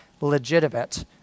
legitimate